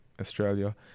Australia